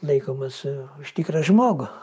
laikomasi už tikrą žmogų